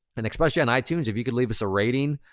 and especially on itunes, if you could leave us a rating,